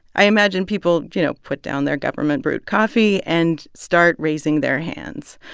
i imagine people, you know, put down their government-brewed coffee and start raising their hands.